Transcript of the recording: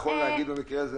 נכון להגיד במקרה הזה,